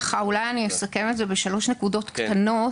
אולי אני אסכם את זה בשלוש נקודות קטנות,